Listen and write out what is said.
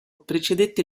precedette